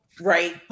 right